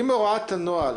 אם הוראת הנוהל